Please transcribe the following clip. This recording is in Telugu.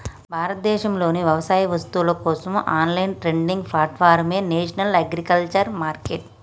భారతదేశంలోని వ్యవసాయ వస్తువుల కోసం ఆన్లైన్ ట్రేడింగ్ ప్లాట్ఫారమే నేషనల్ అగ్రికల్చర్ మార్కెట్